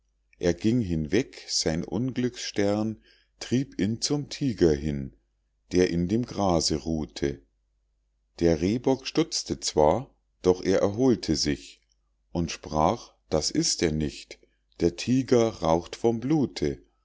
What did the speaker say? er ging hinweg sein unglücksstern trieb ihn zum tiger hin der in dem grase ruhte der rehbock stutzte zwar doch er erholte sich und sprach das ist er nicht der tiger raucht vom blute